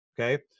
okay